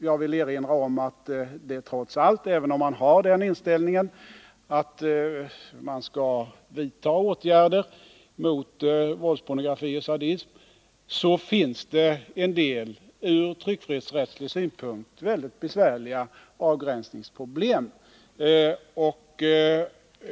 Jag vill erinra om att det trots allt — även om man har inställningen att vi skall vidta åtgärder mot våldspornografi och sadism — finns en del ur tryckfrihetsrättslig synpunkt mycket besvärliga avgränsningsproblem.